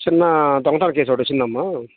చిన్న దొంగతనం కేసు ఒకటి వచ్చిందమ్మా